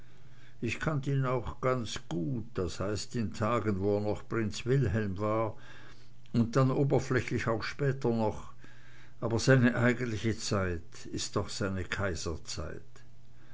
ich kannt ihn auch ganz gut das heißt in tagen wo er noch prinz wilhelm war und dann oberflächlich auch später noch aber seine eigentliche zeit ist doch seine kaiserzeit